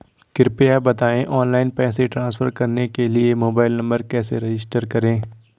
कृपया बताएं ऑनलाइन पैसे ट्रांसफर करने के लिए मोबाइल नंबर कैसे रजिस्टर करें?